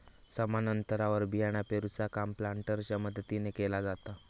समान अंतरावर बियाणा पेरूचा काम प्लांटरच्या मदतीने केला जाता